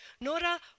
Nora